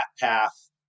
path